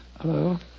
Hello